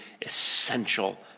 essential